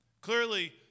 Clearly